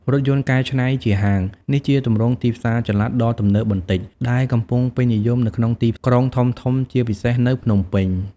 រថយន្តកែច្នៃជាហាង នេះជាទម្រង់ទីផ្សារចល័តដ៏ទំនើបបន្តិច ដែលកំពុងពេញនិយមនៅក្នុងទីក្រុងធំៗ ជាពិសេសនៅភ្នំពេញ។